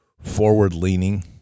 forward-leaning